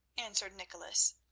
answered nicholas.